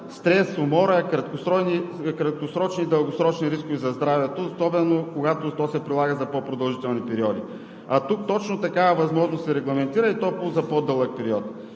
стрес, умора, краткосрочни и дългосрочни рискове за здравето, особено когато тя се прилага за по-продължителни периоди. А тук точно такава възможност се регламентира, и то за по-дълъг период.